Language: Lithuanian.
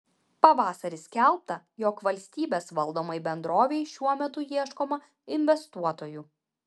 pavasarį skelbta jog valstybės valdomai bendrovei šiuo metu ieškoma investuotojų